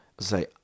say